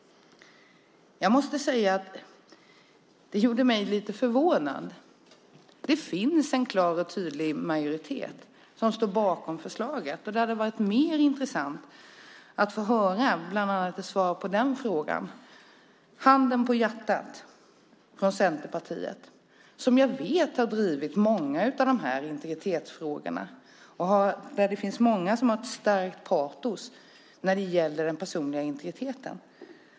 Jag måste säga att det gjorde mig lite förvånad. Det finns en klar och tydlig majoritet som står bakom förslaget. Det hade varit mer intressant att få höra bland annat svaret på den fråga jag tänker ställa. Jag vet att ni i Centerpartiet har drivit många av de här integritetsfrågorna och att det finns många av er som har ett starkt patos när det gäller den personliga integriteten.